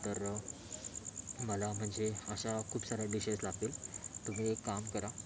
तर मला म्हणजे अशा खूप साऱ्या डिशेस लागतील तुम्ही एक काम करा